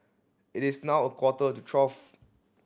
it is now a quarter to twelve